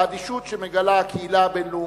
האדישות שמגלה הקהילה הבין-לאומית,